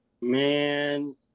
Man